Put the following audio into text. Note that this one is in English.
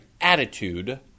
attitude